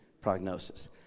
prognosis